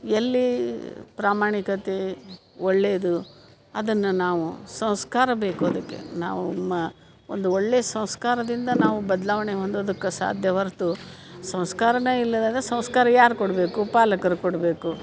ಎಲ್ಲಿ ಪ್ರಾಮಾಣಿಕತೆ ಒಳ್ಳೆಯದು ಅದನ್ನು ನಾವು ಸಂಸ್ಕಾರ ಬೇಕು ಅದಕ್ಕೆ ನಾವು ಮ ಒಂದು ಒಳ್ಳೆಯ ಸಂಸ್ಕಾರದಿಂದ ನಾವು ಬದಲಾವಣೆ ಹೊಂದೋದಕ್ಕೆ ಸಾಧ್ಯ ಹೊರ್ತು ಸಂಸ್ಕಾರವೇ ಇಲ್ಲದಾಗ ಸಂಸ್ಕಾರ ಯಾರು ಕೊಡಬೇಕು ಪಾಲಕರು ಕೊಡಬೇಕು